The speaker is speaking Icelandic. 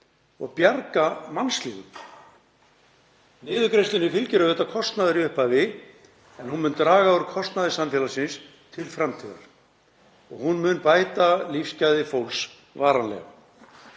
og bjarga mannslífum. Niðurgreiðslunni fylgir auðvitað kostnaður í upphafi en hún mun draga úr kostnaði samfélagsins til framtíðar og hún mun bæta lífsgæði fólks varanlega.